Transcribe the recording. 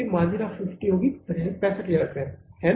margin of safety 65000 रुपये है है ना